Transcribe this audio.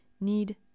need